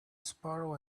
sparrow